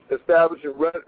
establishing